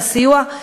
על הסיוע.